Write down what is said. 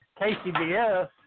KCBS